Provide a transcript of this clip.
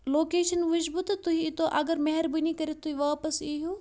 location وٕچھِ بہٕ تہٕ تُہۍ یی تو اگر مہربٲنی کٔرِتھ تُہۍ واپَس یی ہُہ